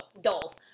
Dolls